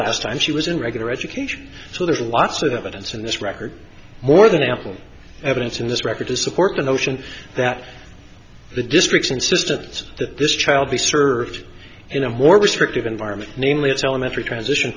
last time she was in regular education so there are lots of evidence in this record more than ample evidence in this record to support the notion that the district's insistence that this child be served in a more restrictive environment namely its elementary transition